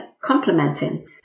complimenting